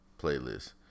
playlist